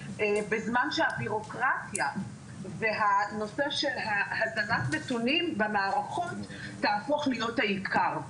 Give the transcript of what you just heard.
בזמן שהביורוקרטיה ונושא הזנת הנתונים במערכות תהפוך להיות העיקר.